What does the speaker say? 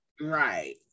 Right